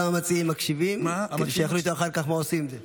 גם המציעים מקשיבים כדי שיחליטו אחר כך מה עושים עם זה.